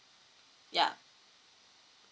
yeah